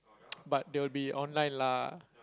but they will be online lah